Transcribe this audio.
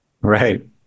right